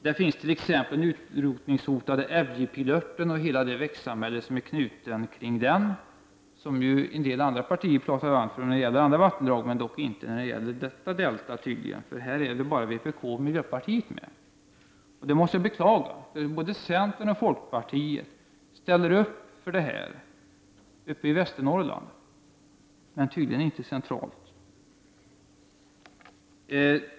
Där finns t.ex. den utrotningshotade ävjepilörten och hela det växtsamhälle som är knutet kring den. En del andra partier talar sig varma för andra vattendrag, men dock inte detta delta. Bakom denna reservation står endast vpk och miljöpartiet, och det måste jag beklaga. Både centern och folkpartiet i Västernorrland ställer sig bakom detta, men det gör man tydligen inte centralt.